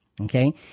Okay